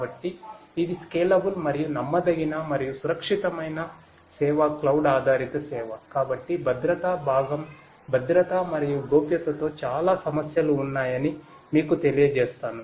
కాబట్టి భద్రతా భాగం భద్రత మరియు గోప్యతతో చాలా సమస్యలు ఉన్నాయని మీకు తెలియజేస్తాను